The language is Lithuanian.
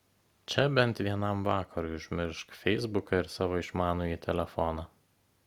čia bent vienam vakarui užmiršk feisbuką ir savo išmanųjį telefoną